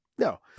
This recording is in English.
No